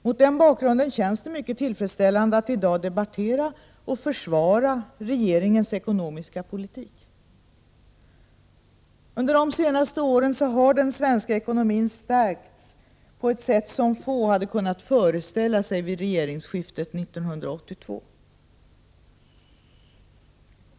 Mot den bakgrunden känns det mycket tillfredsställande att i dag debattera — och försvara — regeringens ekonomiska politik. Under de senaste åren har den svenska ekonomin stärkts på ett sätt som få hade kunnat föreställa sig vid regeringsskiftet 1982.